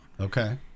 Okay